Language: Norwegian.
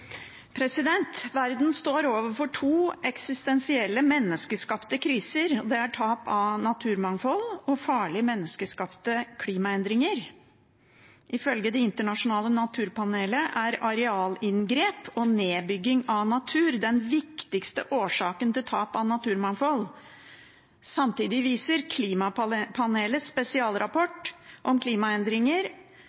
Verden står overfor to eksistensielle menneskeskapte kriser. Det er tap av naturmangfold og farlige menneskeskapte klimaendringer. Ifølge Det internasjonale naturpanelet er arealinngrep og nedbygging av natur den viktigste årsaken til tap av naturmangfold. Samtidig viser